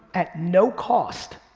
at no cost,